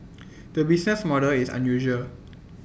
the business model is unusual